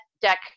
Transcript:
deck